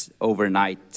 overnight